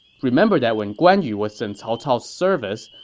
remember that when guan yu was in cao cao's service,